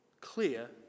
clear